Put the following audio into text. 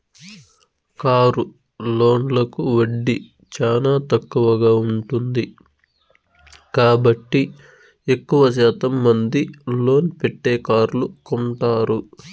car లోన్లకు వడ్డీ చానా తక్కువగా ఉంటుంది కాబట్టి ఎక్కువ శాతం మంది లోన్ పెట్టే కార్లు కొంటారు